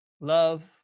love